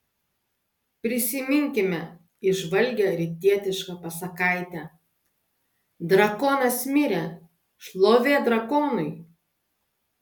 prisiminkime įžvalgią rytietišką pasakaitę drakonas mirė šlovė drakonui